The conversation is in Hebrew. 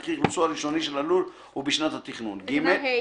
וכי אכלוסו הראשוני של הלול הוא בשנת התכנון." תקנה (ה).